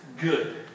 good